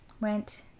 went